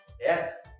yes